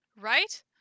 Right